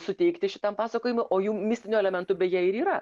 suteikti šitam pasakojimui o jų mistinių elementų beje ir yra